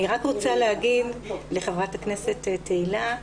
אני רוצה להגיד לחברת הכנסת תהלה,